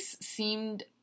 seemed